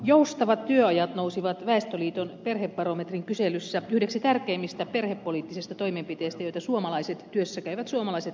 joustavat työajat nousivat väestöliiton perhebarometrin kyselyssä yhdeksi tärkeimmistä perhepoliittista toimenpiteistä joita työssäkäyvät suomalaiset toivovat